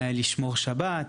לשמור שבת,